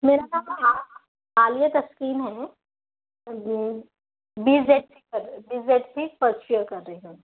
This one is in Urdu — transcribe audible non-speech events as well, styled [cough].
میرا نام عالیہ تسکین ہے ma'am G B [unintelligible] C B S C first year کر رہی ہوں